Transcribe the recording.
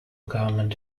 government